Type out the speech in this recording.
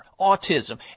autism